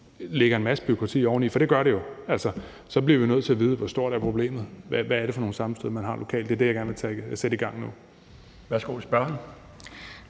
lægger en masse bureaukrati oveni – for det sker jo – så bliver vi jo nødt til at vide: Hvor stort er problemet? Hvad er det for nogle sammenstød, man har lokalt? Det er det, jeg gerne vil sætte i gang nu. Kl. 18:14 Den fg.